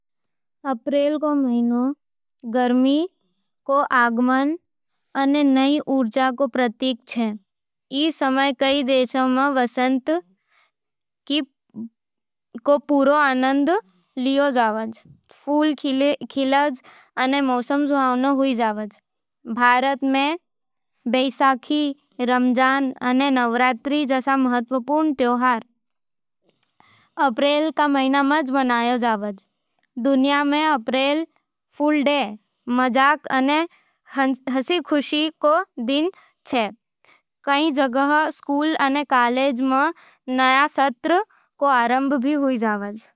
अप्रैल रो महीनो गरमी रो आगमन अने नई ऊर्जा रो प्रतीक छे। ई समय कई देशों में वसंत रो पूरा आनंद लियावै जावे, फूल खिलै अने मौसम सुहावनो छे। भारत में बैसाखी, रमज़ान अने नवरात्रि जैसे महत्वपूर्ण त्यौहार मनावै जावे। दुनिया में अप्रैल फूल्स डे मजाक अने हंसी-खुशी रो दिन छे।